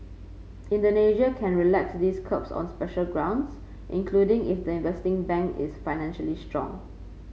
Indonesia can relax these curbs on special grounds including if the investing bank is financially strong